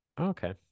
Okay